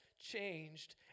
changed